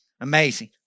amazing